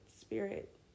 spirit